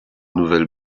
nouvelle